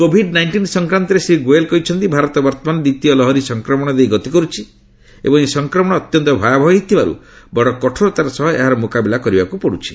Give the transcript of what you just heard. Covid nineteen ସଂକ୍ରାନ୍ତରେ ଶ୍ରୀ ଗୋୟଲ୍ କହିଛନ୍ତି ଭାରତ ବର୍ତ୍ତମାନ ଦ୍ୱିତୀୟ ଲହରୀ ସଂକ୍ରମଣ ଦେଇ ଗତି କରୁଛି ଏବଂ ଏହି ସଂକ୍ରମଣ ଅତ୍ୟନ୍ତ ଭୟାବହ ହୋଇଥିବାର୍ ବଡ଼ କଠୋରତାର ସହ ଏହାର ମ୍ରକାବିଲା କରିବାକୁ ପଡୁଛି